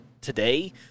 today